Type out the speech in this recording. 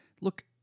Look